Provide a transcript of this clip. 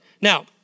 Now